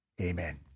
Amen